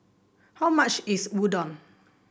how much is Udon